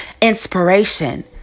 inspiration